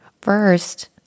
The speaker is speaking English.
First